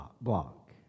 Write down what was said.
block